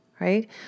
right